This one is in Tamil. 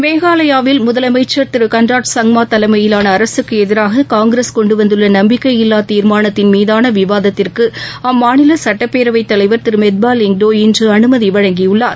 மேகாலயாவில் முதலமைச்சர் திரு கண்ராட் சங்மா தலைமையிலாள அரசுக்கு எதிராக காங்கிரஸ் கொண்டு வந்துள்ள நம்பிக்கையில்வா தீர்மானத்தின் மீதான விவாதத்திற்கு அம்மாநில சுட்டப் பேரவைத் தலைவர் திரு மெத்பா லிங்டோ இன்று அனுமதி வழங்கியுள்ளார்